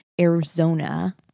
Arizona